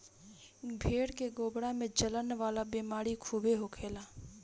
भेड़ के गोड़वा में जलन वाला बेमारी खूबे होखेला